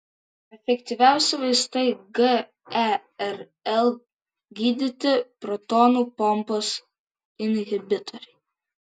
efektyviausi vaistai gerl gydyti protonų pompos inhibitoriai